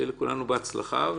שיהיה לכולנו בהצלחה.